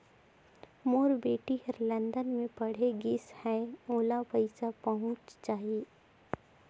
मोर बेटी हर लंदन मे पढ़े गिस हय, ओला पइसा पहुंच जाहि?